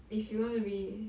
if you want to be